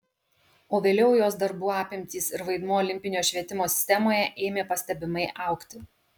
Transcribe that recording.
o vėliau jos darbų apimtys ir vaidmuo olimpinio švietimo sistemoje ėmė pastebimai augti